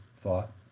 thought